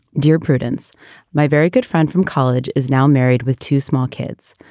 dear prudence, my very good friend from college is now married with two small kids.